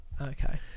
Okay